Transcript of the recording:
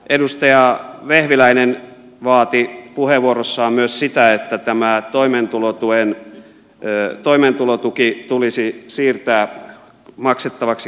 edustaja vehviläinen vaati puheenvuorossaan myös sitä että tämä toimeentulotuki tulisi siirtää maksettavaksi kansaneläkelaitoksesta